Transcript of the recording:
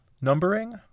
numbering